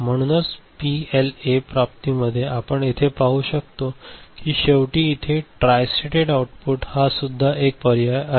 म्हणूनच पीएलए प्राप्तीमध्ये आपण येथे पाहू शकतो की शेवटी इथे ट्रायस्टेटेड आउटपुट हा सुद्धा एक पर्याय आहे